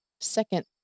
second